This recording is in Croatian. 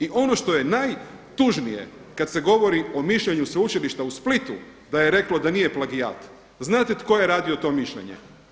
I ono što je najtužnije kada se govori o mišljenju Sveučilišta u Splitu da je reklo da nije plagijat, znate tko je radio to mišljenje?